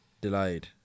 delayed